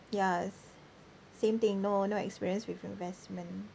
ya sa~ same thing no no experience with investment